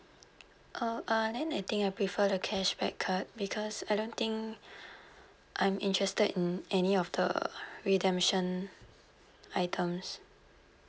uh uh then I think I prefer the cashback card because I don't think I'm interested in any of the redemption items